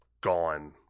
gone